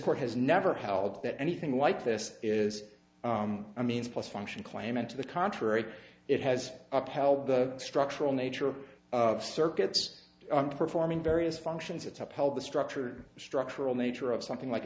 court has never held that anything like this is a means plus function claimant to the contrary it has upheld the structural nature of circuits performing various functions it's upheld the structure structural nature of something like